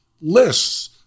lists